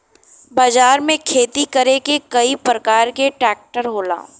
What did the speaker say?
बाजार में खेती करे के कई परकार के ट्रेक्टर होला